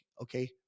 okay